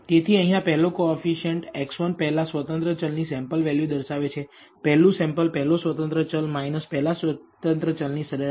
તેથી અહીંયા પહેલો કોએફીસીએંટ x1 પહેલા સ્વતંત્ર ચલ ની સેમ્પલ વેલ્યુ દર્શાવે છે પહેલું સેમ્પલ પહેલો સ્વતંત્ર ચલ પહેલા સ્વતંત્ર ચલની સરેરાશ